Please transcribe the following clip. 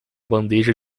bandeja